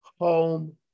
home